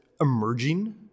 emerging